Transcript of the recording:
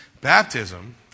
Baptism